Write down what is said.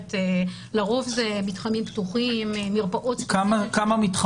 היה באזור ה-130,000 בדיקות גם באוגוסט וגם בספטמבר למעט הימים